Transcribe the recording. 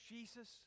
Jesus